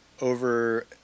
over